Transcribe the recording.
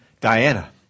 Diana